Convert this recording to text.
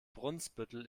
brunsbüttel